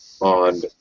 on